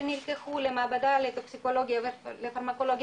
שנלקחו למעבדה לטוקסיקולוגיה ולפרמקולוגיה